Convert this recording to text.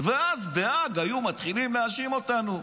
ואז בהאג היו מתחילים להאשים אותנו.